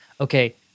okay